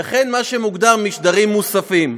וכן, מה שמוגדר "משדרים מוספים"